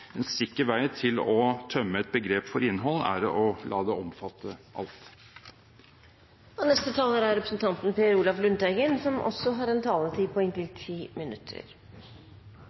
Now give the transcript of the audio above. en sikker vei til å tømme begrep for innhold, er å la det omfatte alt. Debatten førte da til noe: Representanten